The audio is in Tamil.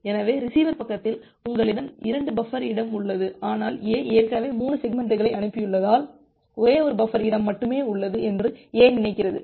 எனவே ரிசீவர் பக்கத்தில் உங்களிடம் 2 பஃபர் இடம் உள்ளது ஆனால் A ஏற்கனவே 3 செக்மெண்ட்களை அனுப்பியுள்ளதால் ஒரே ஒரு பஃபர் இடம் மட்டுமே உள்ளது என்று A நினைக்கிறது